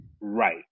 right